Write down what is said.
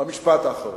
במשפט האחרון,